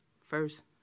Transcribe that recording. first